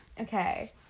Okay